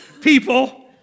people